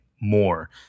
More